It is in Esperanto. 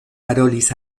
parolis